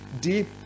Deep